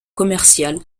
commercial